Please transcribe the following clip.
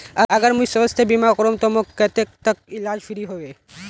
अगर मुई स्वास्थ्य बीमा करूम ते मोर कतेक तक इलाज फ्री होबे?